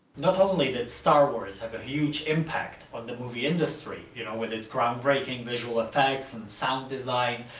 not only did star wars have a huge impact on the movie industry you know with its groundbreaking visual effects and sound design,